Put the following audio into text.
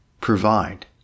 provide